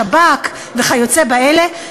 השב"כ וכיוצא באלה,